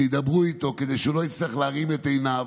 שידברו איתו, כדי שהוא לא יצטרך להרים את עיניו.